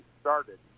started